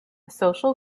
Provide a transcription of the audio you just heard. social